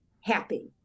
happy